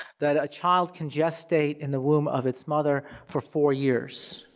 that a child can gestate in the womb of its mother for four years.